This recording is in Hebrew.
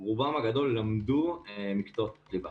רובן הגדול למדו מקצועות ליבה.